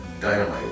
dynamite